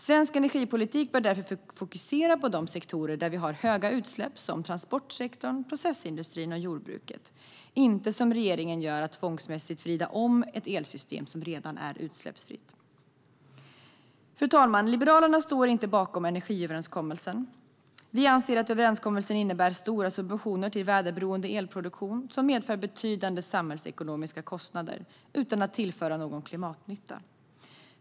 Svensk energipolitik bör därför fokusera på de sektorer där vi har höga utsläpp, till exempel transportsektorn, processindustrin och jordbruket, och inte på att, som regeringen gör, tvångsmässigt vrida om ett elsystem som redan är utsläppsfritt. Fru talman! Liberalerna står inte bakom energiöverenskommelsen. Vi anser att överenskommelsen innebär stora subventioner till väderberoende elproduktion, vilket medför betydande samhällsekonomiska kostnader utan att tillföra någon klimatnytta.